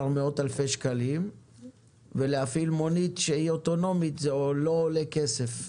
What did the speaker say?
מאות אלפי שקלים ולהפעיל מונית אוטונומית לא עולה כסף.